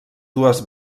dues